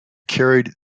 carried